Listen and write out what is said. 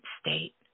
state